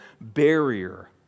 barrier